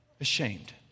ashamed